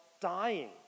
dying